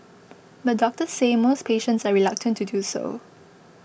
but doctors say most patients are reluctant to do so